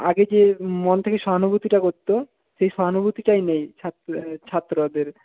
আগে যে মন থেকে সহানুভূতিটা করতো সেই সহানুভূতিটাই নেই ছাত্রদের